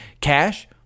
cash